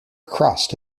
crust